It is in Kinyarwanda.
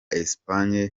espagne